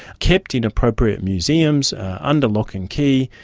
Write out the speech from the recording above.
kept in appropriate museums under lock and key,